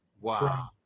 Wow